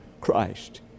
Christ